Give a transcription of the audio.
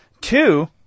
Two